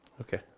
Okay